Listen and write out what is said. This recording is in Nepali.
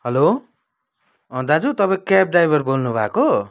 हेलो अँ दाजु तपाईँ क्याब ड्राइभर बोल्नुभएको